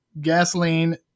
gasoline